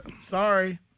sorry